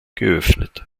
geöffnet